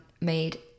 made